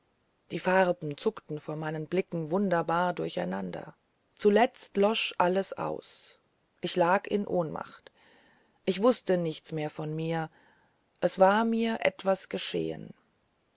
die farben zuckten vor meinen blicken wunderbar durch einander zuletzt losch alles aus ich lag in ohnmacht ich wußte nichts mehr von mir es war mir etwas geschehen